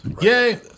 Yay